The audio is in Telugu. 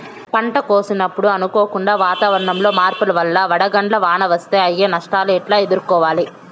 పంట కోసినప్పుడు అనుకోకుండా వాతావరణంలో మార్పుల వల్ల వడగండ్ల వాన వస్తే అయ్యే నష్టాలు ఎట్లా ఎదుర్కోవాలా?